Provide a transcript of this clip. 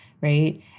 Right